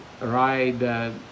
ride